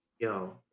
yo